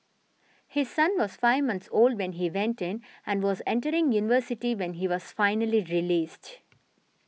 his son was five months old when he went in and was entering university when he was finally released